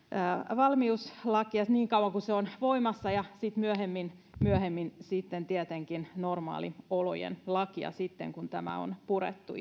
valmiuslakia niin kauan kuin se on voimassa ja sitten myöhemmin myöhemmin tietenkin normaaliolojen lakia kun tämä on purettu